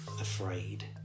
afraid